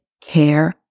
care